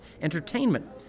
entertainment